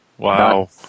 Wow